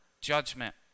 judgment